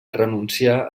renunciar